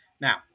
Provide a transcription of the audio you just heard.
Now